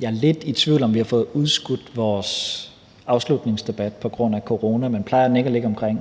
Jeg er lidt i tvivl, om vi har fået udskudt vores afslutningsdebat på grund af corona, men plejer den ikke at ligge omkring